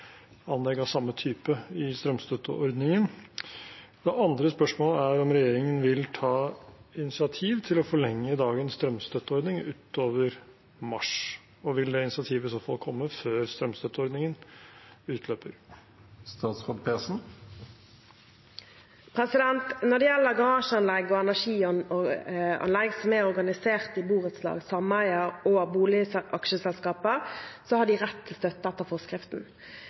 forlenge dagens strømstøtteordning utover mars. Vil det initiativet i så fall komme før strømstøtteordningen utløper? Når det gjelder garasjer og energianlegg som er organisert i borettslag, sameier og boligaksjeselskaper, har de rett til støtte etter forskriften.